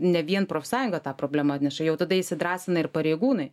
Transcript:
ne vien profsąjunga tą problemą atneša jau tada įsidrąsina ir pareigūnai